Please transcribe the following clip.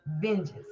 vengeance